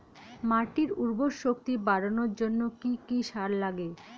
মাটির উর্বর শক্তি বাড়ানোর জন্য কি কি সার লাগে?